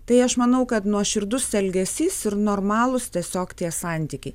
tai aš manau kad nuoširdus elgesys ir normalūs tiesiog tie santykiai